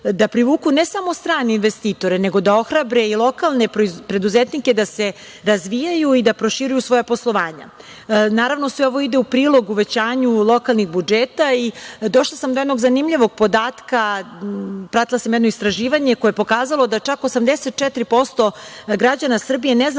da privuku ne samo strane investitore, nego da ohrabre i lokalne preduzetnike da se razvijaju i da proširuju svoja poslovanja. Naravno, sve ovo ide u prilog uvećanju lokalnih budžeta i došla sam do jednog zanimljivog podatka. Pratila sam jedno istraživanje koje je pokazalo da čak 84% građana Srbije ne zna